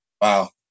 Wow